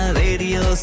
radio